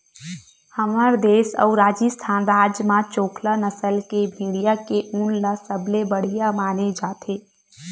हमर देस अउ राजिस्थान राज म चोकला नसल के भेड़िया के ऊन ल सबले बड़िया माने जाथे